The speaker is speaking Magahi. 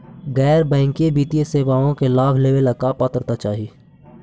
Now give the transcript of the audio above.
गैर बैंकिंग वित्तीय सेवाओं के लाभ लेवेला का पात्रता चाही?